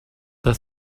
the